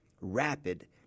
Rapid